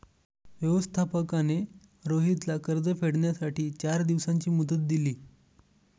व्यवस्थापकाने रोहितला कर्ज फेडण्यासाठी चार दिवसांची मुदत दिली